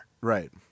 Right